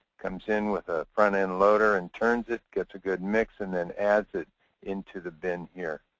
comes in with a front-end loader and turns it. gets a good mix and then adds it into the bin here.